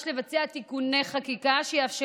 תציג את הצעת החוק השרה